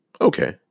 Okay